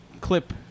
clip